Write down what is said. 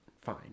fine